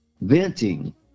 venting